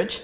rich